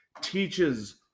Teaches